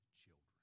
children